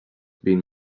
been